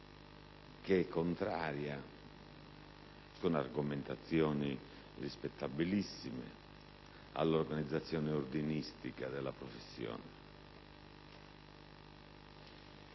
che è contraria, con argomentazioni rispettabilissime, all'organizzazione ordinistica della professione,